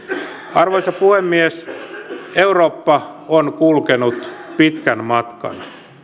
arvoisa puhemies eurooppa on kulkenut pitkän matkan